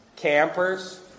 campers